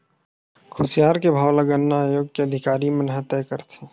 खुसियार के भाव ल गन्ना आयोग के अधिकारी मन ह तय करथे